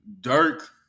Dirk